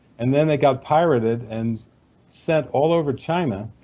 and then they got pirated and sent all over china.